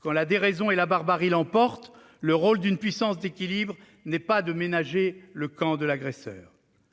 Quand la déraison et la barbarie l'emportent, le rôle d'une puissance d'équilibre n'est pas de ménager le camp de l'agresseur.